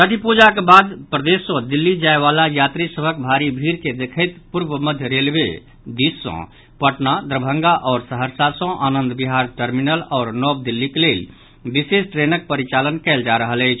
छठि पूजाक बाद प्रदेश सॅ दिल्ली जायवला यात्री सभक भारी भीड़ के देखैत पूर्व मध्य रेलवे दिस सॅ पटना दरभंगा आओर सहरसा सॅ आनंद विहार टर्मिनल आओर नव दिल्लीक लेल विशेष ट्रेनक परिचालन कयल जा रहल अछि